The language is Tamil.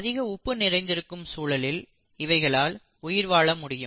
அதிக உப்பு நிறைந்திருக்கும் சூழலில் இவைகளால் உயிர் வாழ முடியும்